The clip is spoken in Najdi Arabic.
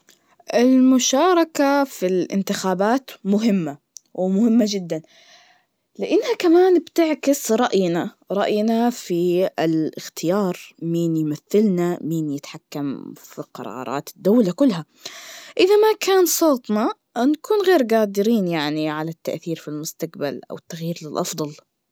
المشاركة في الإنتخابات مهمة, ومهمة جداً, لإنها كمان بتعكس رأينا, رأينا في الإختيار, مين يمثلنا, مين يتحكم في قرارات الدولة كلها, إذا ما كان صوتنا, نكون غير قادرين يعني على التأثير في المستقبل, أو التغيير للأفضل.